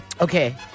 Okay